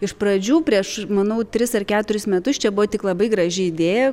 iš pradžių prieš manau tris ar keturis metus čia buvo tik labai graži idėja